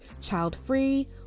child-free